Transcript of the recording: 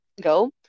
go